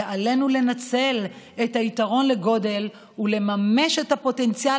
עלינו לנצל את היתרון לגודל ולממש את הפוטנציאל